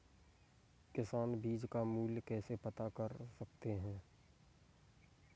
किसान बीज का मूल्य कैसे पता कर सकते हैं?